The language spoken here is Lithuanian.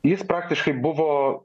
jis praktiškai buvo